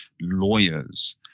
lawyers